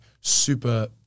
super